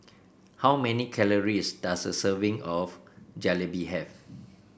how many calories does a serving of Jalebi have